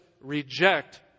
reject